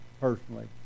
personally